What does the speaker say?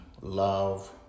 love